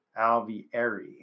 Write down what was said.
Alvieri